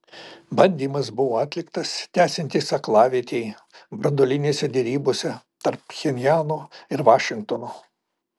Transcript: bandymas buvo atliktas tęsiantis aklavietei branduolinėse derybose tarp pchenjano ir vašingtono